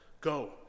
go